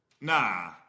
Nah